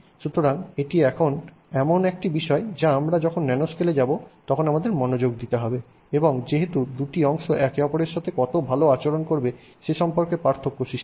সুতরাং এটি এমন একটি বিষয় যা আমরা যখন ন্যানোস্কেলে যাব তখন আমাদের মনোযোগ দিতে হবে এবং যেহেতু দুটি অংশ একে অপরের সাথে কত ভালো আচরণ করবে সে সম্পর্কে পার্থক্য সৃষ্টি করে